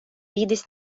vidis